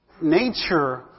nature